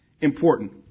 important